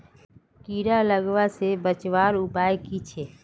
कीड़ा लगवा से बचवार उपाय की छे?